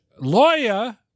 lawyer